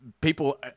people